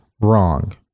wrong